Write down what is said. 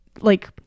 like-